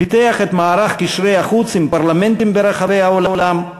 פיתח את מערך קשרי החוץ עם פרלמנטים ברחבי העולם,